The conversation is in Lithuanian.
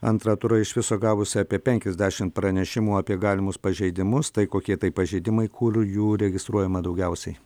antrą turą iš viso gavusi apie penkiasdešimt pranešimų apie galimus pažeidimus tai kokie pažeidimai kur jų registruojama daugiausiai